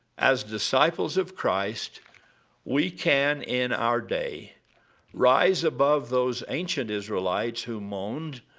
as disciples of christ we can in our day rise above those ancient israelites who moaned,